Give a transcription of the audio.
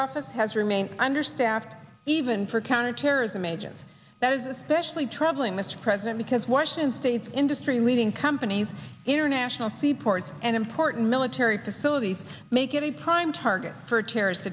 office has remained under staffed even for counterterrorism agents that is especially troubling this president because washington state's industry leading companies international seaports and important military facilities make it a prime target for a terrorist